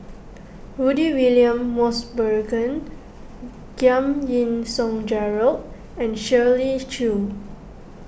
Rudy William Mosbergen Giam Yean Song Gerald and Shirley Chew